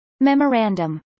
Memorandum